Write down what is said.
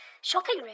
shopping